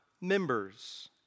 members